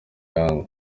young